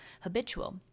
habitual